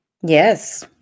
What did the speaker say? Yes